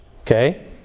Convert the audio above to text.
okay